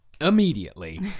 immediately